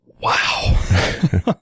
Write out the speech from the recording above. Wow